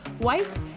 wife